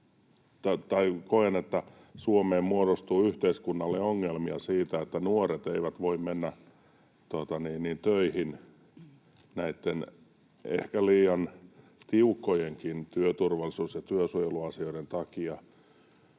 Koen, että Suomeen muodostuu yhteiskunnalle ongelmia siitä, että nuoret eivät voi mennä töihin näitten ehkä liian tiukkojenkin työturvallisuus- ja työsuojeluasioiden takia.